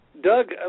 Doug